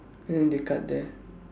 and then they cut there